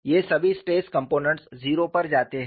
ये सभी stress components 0 पर जाते हैं